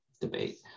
debate